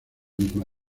misma